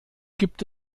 gibt